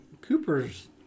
Cooper's